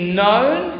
known